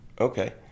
okay